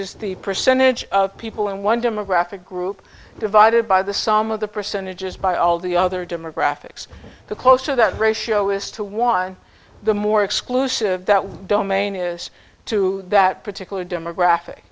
is the percentage of people in one demographic group divided by the sum of the percentages by all the other demographics to close to that ratio is to one the more exclusive that one domain is to that particular demographic